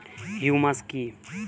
Humus কি?